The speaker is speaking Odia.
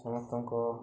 ସମସ୍ତଙ୍କ